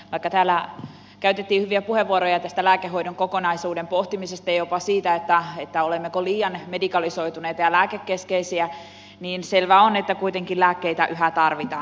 vaikka täällä käytettiin hyviä puheenvuoroja tästä lääkehoidon kokonaisuuden pohtimisesta ja jopa siitä olemmeko liian medikalisoituneita ja lääkekeskeisiä niin selvää on että kuitenkin lääkkeitä yhä tarvitaan